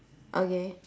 okay